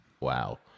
Wow